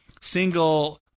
single